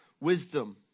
wisdom